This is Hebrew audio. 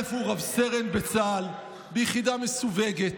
א' הוא רב-סרן בצה"ל, ביחידה מסווגת.